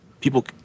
people